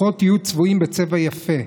לפחות תהיו צבועים בצבע יפה.